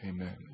Amen